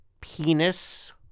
penis